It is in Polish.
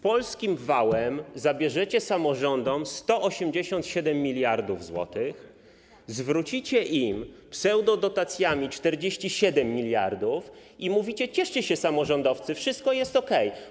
Polskim wałem zabierzecie samorządom 187 mld zł, zwrócicie im pseudodotacjami 47 mld zł i mówicie: cieszcie się, samorządowcy, wszystko jest okej.